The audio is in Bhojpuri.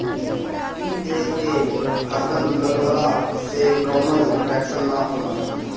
इ तेल के हरदम लगवला से कवनो इन्फेक्शन ना होला